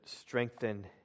strengthen